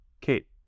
Kate